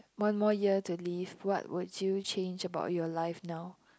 one more year to live what would you change about your life now